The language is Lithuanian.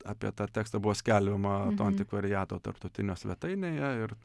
apie tą tekstą buvo skelbiama to antikvariato tarptautinio svetainėje ir